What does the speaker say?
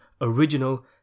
original